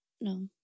No